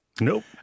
Nope